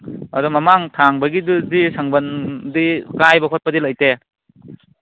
ꯑꯗꯣ ꯃꯃꯥꯡ ꯊꯪꯕꯒꯤꯗꯨꯗꯤ ꯁꯝꯕꯜꯗꯤ ꯀꯥꯏꯕ ꯈꯣꯠꯄꯗꯤ ꯂꯩꯇꯦ